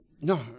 no